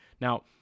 Now